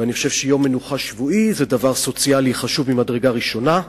ואני חושב שיום מנוחה שבועי זה דבר סוציאלי חשוב ממדרגה ראשונה,